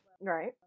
Right